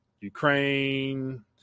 Ukraine